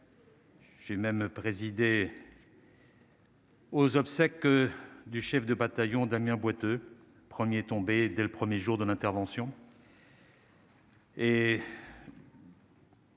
J'ai même présidé. Aux obsèques du chef de bataillon Damien Boiteux premier dès le 1er jour de l'intervention.